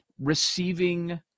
receiving